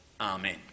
Amen